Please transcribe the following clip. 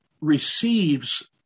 receives